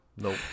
Nope